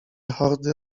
hordy